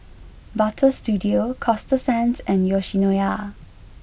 Butter Studio Coasta Sands and Yoshinoya